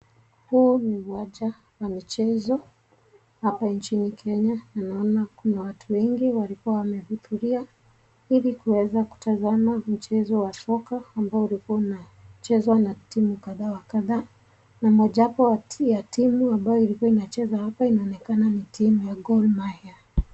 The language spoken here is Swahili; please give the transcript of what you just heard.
Huu ni uwanja wa michezo, hapa nchini Kenya, tunaona kuna watu wengi walikuwa wamehudhuria ili kuweza kutazama mchezo wa soka, ambayo ulikuwa unachezwa na timu kadha wa kadha, na mojawapo ya timu ambayo ilikuwa inacheza inaonekana ni timu ya Gor Mahia.